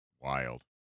Wild